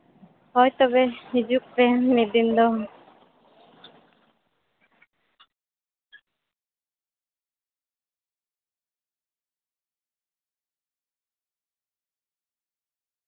ᱦᱳᱭ ᱛᱚᱵᱮ ᱦᱤᱡᱩᱜ ᱯᱮ ᱢᱤᱫ ᱫᱤᱱ ᱫᱚ